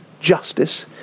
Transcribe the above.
justice